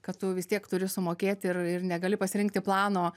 kad tu vis tiek turi sumokėti ir ir negali pasirinkti plano